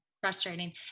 Frustrating